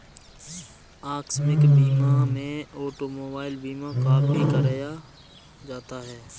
आकस्मिक बीमा में ऑटोमोबाइल बीमा काफी कराया जाता है